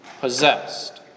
possessed